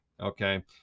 Okay